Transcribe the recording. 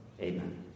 Amen